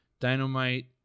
dynamite